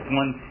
one